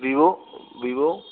Vivo Vivo